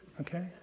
Okay